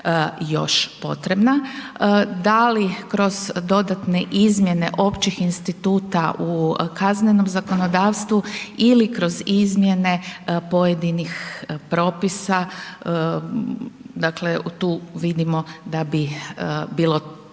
još potrebna, da li kroz dodatne izmjene općih instituta u kaznenom zakonodavstvu ili kroz izmjene pojedinih propisa, dakle tu vidimo da bi bilo